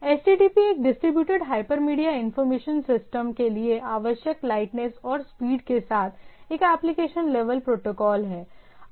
HTTP एक distributed hypermedia information system के लिए आवश्यक लाइटनेस और स्पीड के साथ एक एप्लीकेशन लेवल प्रोटोकॉल है